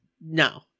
no